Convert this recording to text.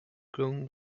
grown